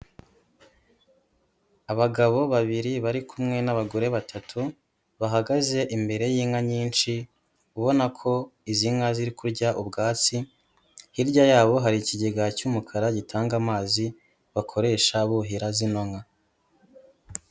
Abagabo babiri bari kumwe n'abagore batatu bahagaze imbere y'inka nyinshi, ubona ko izi nka ziri kurya ubwatsi, hirya yabo hari ikigega cy'umukara gitanga amazi bakoresha buhira zino nka.